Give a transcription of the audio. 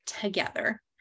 together